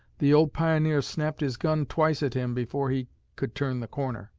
the old pioneer snapped his gun twice at him before he could turn the corner.